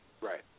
Right